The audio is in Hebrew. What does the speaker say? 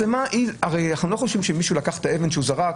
אנחנו הרי לא חושבים שמישהו לקח את האבן שהוא זרק